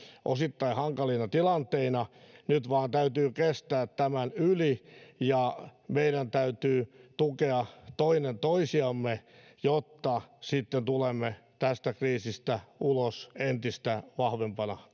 osittain hankalina tilanteina nyt vain täytyy kestää tämän yli ja meidän täytyy tukea toinen toisiamme jotta sitten tulemme tästä kriisistä ulos entistä vahvempana